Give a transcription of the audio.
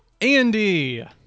Andy